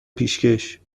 پیشکش